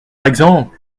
exemple